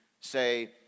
say